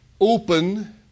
open